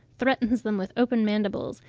threatens them with open mandibles,